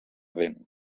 dent